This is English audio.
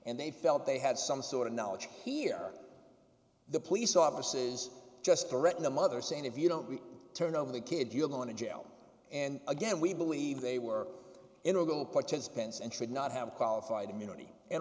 and they felt they had some sort of knowledge here the police offices just threaten the mother saying if you don't we turn over the kid you're going to jail and again we believe they were in a legal participants and should not have qualified immunity and